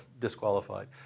disqualified